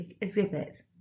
exhibits